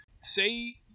Say